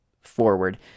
forward